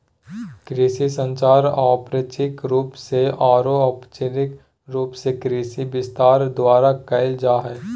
कृषि संचार औपचारिक रूप से आरो अनौपचारिक रूप से कृषि विस्तार द्वारा कयल जा हइ